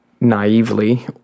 naively